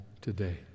today